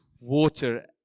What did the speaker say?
water